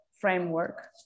framework